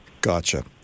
gotcha